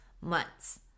months